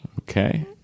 Okay